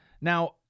Now